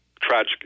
tragic